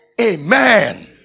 Amen